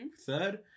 third